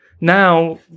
Now